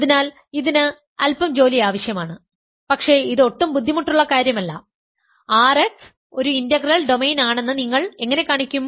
അതിനാൽ ഇതിന് അൽപ്പം ജോലി ആവശ്യമാണ് പക്ഷേ ഇത് ഒട്ടും ബുദ്ധിമുട്ടുള്ള കാര്യമല്ല R x ഒരു ഇന്റഗ്രൽ ഡൊമെയ്ൻ ആണെന്ന് നിങ്ങൾ എങ്ങനെ കാണിക്കും